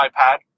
iPad